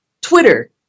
Twitter